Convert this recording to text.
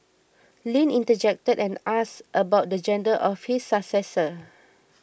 Lin interjected and asked about the gender of his successor